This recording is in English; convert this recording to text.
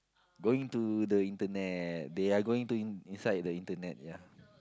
going to the Internet they are going to inside the Internet ya